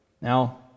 now